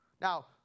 Now